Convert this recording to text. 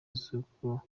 z’uko